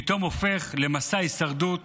פתאום הופך למסע הישרדות